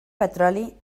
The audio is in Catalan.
petroli